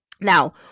Now